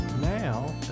Now